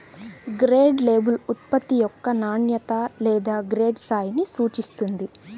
grade label ఉత్పత్తి యొక్క నాణ్యత లేదా గ్రేడ్ స్థాయిని సూచిస్తుంది